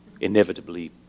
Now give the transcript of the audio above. inevitably